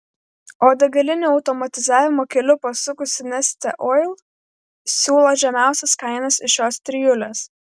o degalinių automatizavimo keliu pasukusi neste oil siūlo žemiausias kainas iš šios trijulės